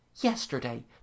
Yesterday